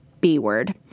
B-word